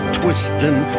twisting